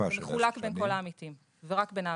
זה מחולק בין כל העמיתים ורק בין העמיתים.